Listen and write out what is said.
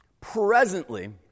presently